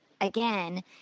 again